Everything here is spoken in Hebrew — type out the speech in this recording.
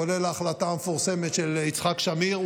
כולל ההחלטה המפורסמת של יצחק שמיר,